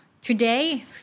Today